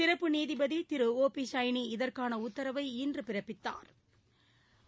சிறப்பு நீதிபதிதிரு ஒ பிசைனி இதற்கானஉத்தரவை இன்றுபிறப்பித்தாா்